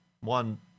one